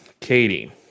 Katie